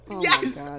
Yes